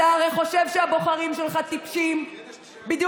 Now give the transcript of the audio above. אתה הרי חושב שהבוחרים שלך טיפשים בדיוק